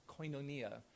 koinonia